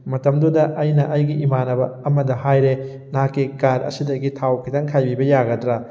ꯃꯇꯝꯗꯨꯗ ꯑꯩꯅ ꯑꯩꯒꯤ ꯏꯃꯥꯟꯅꯕ ꯑꯃꯗ ꯍꯥꯏꯔꯦ ꯅꯍꯥꯛꯀꯤ ꯀꯥꯔ ꯑꯁꯤꯗꯒꯤ ꯊꯥꯎ ꯈꯤꯇꯪ ꯈꯥꯏꯕꯤꯕ ꯌꯥꯒꯗ꯭ꯔꯥ